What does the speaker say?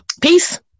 Peace